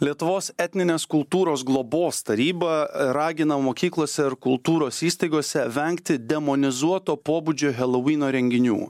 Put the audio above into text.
lietuvos etninės kultūros globos taryba ragina mokyklose ir kultūros įstaigose vengti demonizuoto pobūdžio helovyno renginių